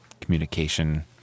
communication